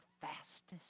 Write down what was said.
fastest